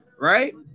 right